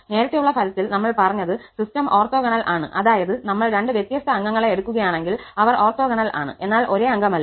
നേരത്തെയുള്ള ഫലത്തിൽ നമ്മൾ പറഞ്ഞത് സിസ്റ്റം ഓർത്തോഗണൽ ആണ് അതായത് നമ്മൾ രണ്ട് വ്യത്യസ്ത അംഗങ്ങളെ എടുക്കുകയാണെങ്കിൽ അവർ ഓർത്തോഗണൽ ആണ് എന്നാൽ ഒരേ അംഗമല്ല